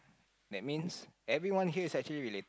that means everyone here is actually relate